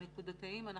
הנקודתיים,